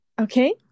okay